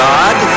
God